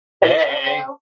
Hey